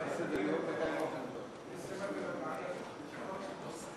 ההצעה לכלול את הנושא בסדר-היום של הכנסת נתקבלה.